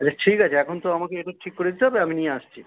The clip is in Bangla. আচ্ছা ঠিক আছে এখন তো আমাকে একটু ঠিক করে দিতে হবে আমি নিয়ে আসছি